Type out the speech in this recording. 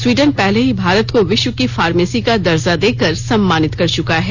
Sweden पहले ही भारत को विश्व की फार्मेसी का दर्जा देकर सम्मानित कर चुका है